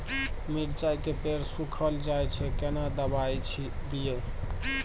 मिर्चाय के पेड़ सुखल जाय छै केना दवाई दियै?